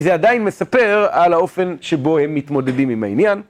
זה עדיין מספר על האופן שבו הם מתמודדים עם העניין.